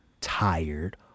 tired